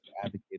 advocate